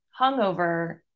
hungover